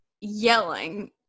yelling